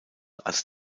als